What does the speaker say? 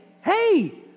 Hey